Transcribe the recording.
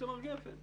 אכן, צמר גפן.